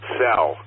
sell